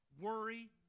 worry